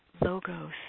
logos